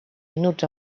minuts